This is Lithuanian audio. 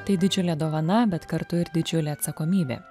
tai didžiulė dovana bet kartu ir didžiulė atsakomybė